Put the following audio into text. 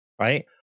right